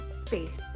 space